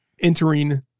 entering